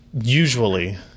usually